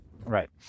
Right